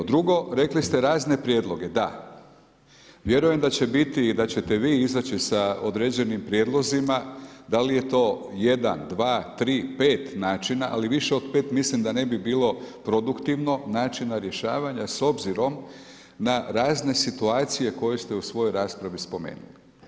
Drugo, rekli ste razne prijedloge, da, vjerujem da će biti i da ćete vi izaći sa određenim prijedlozima, da li je to jedan, dva, tri, pet načina ali više od pet mislim da ne bi bilo produktivno načina rješavanja s obzirom na razne situacije koje ste u svojoj raspravi spomenuli.